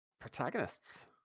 protagonists